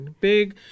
Big